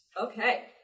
Okay